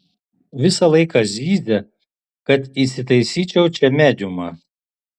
visą laiką zyzia kad įsitaisyčiau čia mediumą